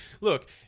Look